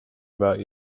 about